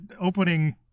opening